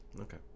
okay